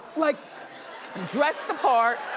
like dress the part.